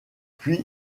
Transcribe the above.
puis